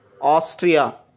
Austria